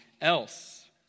else